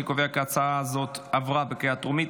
אני קובע כי ההצעה הזאת עברה בקריאה טרומית